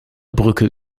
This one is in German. brücke